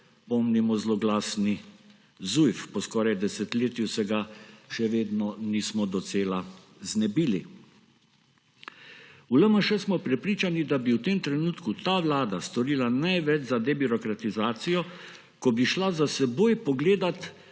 pomnimo zloglasni Zujf, po skoraj desetletju se ga še vedno nismo docela znebili. V LMŠ smo prepričani, da bi v tem trenutku ta vlada storila največ za debirokratizacijo, ko bi šla za seboj pogledat